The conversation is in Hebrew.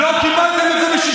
לא קיבלתם את זה ב-1967,